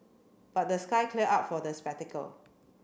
but the sky cleared up for the spectacle